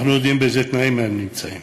אנחנו יודעים באיזה תנאים הם נמצאים.